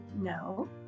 no